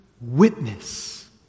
witness